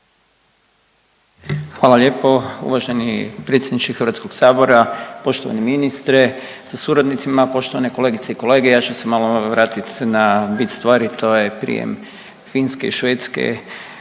Hvala lijepo uvaženi predsjedniče Hrvatskog sabora. Poštovani ministre sa suradnicima, poštovane kolegice i kolege ja ću se malo vratiti na bit stvari to je prijem Finske i Švedske